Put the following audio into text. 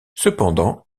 cependant